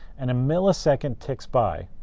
and a millisecond ticks by,